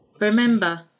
Remember